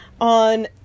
on